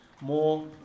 more